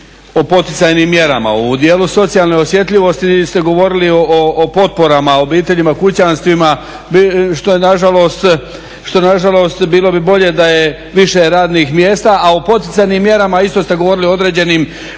o poticajnim mjerama. U dijelu socijalne osjetljivosti ste govorili o potporama obiteljima, kućanstvima, što je nažalost, bilo bi bolje da je više radnih mjesta, a u poticajnim mjerama isto ste govorili o određenim